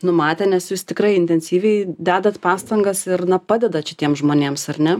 numatę nes jūs tikrai intensyviai dedat pastangas ir na padedat šitiems žmonėms ar ne